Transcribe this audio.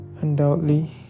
Undoubtedly